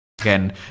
Again